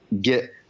get